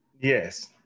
yes